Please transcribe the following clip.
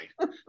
right